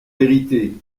vérité